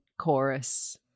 chorus